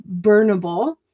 burnable